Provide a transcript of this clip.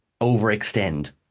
overextend